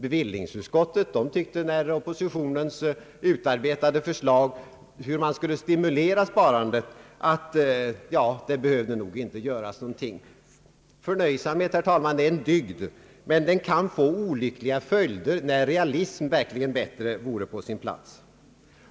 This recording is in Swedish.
Bevillningsutskottet tyckte beträffande oppositionens utarbetade förslag till sparstimulerande åtgärder, att ingenting behövde göras. Förnöjsamhet, herr talman, är en dygd, men den kan få olyckliga följder, när realism vore på sin plats.